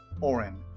Oren